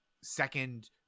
second